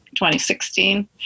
2016